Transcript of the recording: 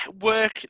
work